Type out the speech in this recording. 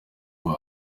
ubu